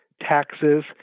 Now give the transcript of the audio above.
taxes